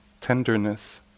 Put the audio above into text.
tenderness